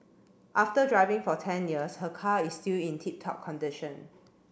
after driving for ten years her car is still in tip top condition